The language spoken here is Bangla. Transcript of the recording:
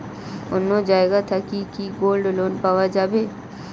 অন্য জায়গা থাকি কি গোল্ড লোন পাওয়া যাবে?